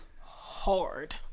hard